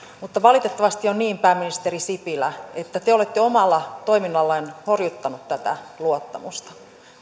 mutta valitettavasti on niin pääministeri sipilä että te te olette omalla toiminnallanne horjuttanut tätä luottamusta